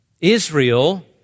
Israel